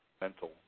Mental